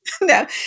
No